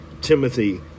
Timothy